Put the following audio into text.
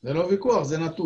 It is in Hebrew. זה לא ויכוח, זה נתון.